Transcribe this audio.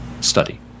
study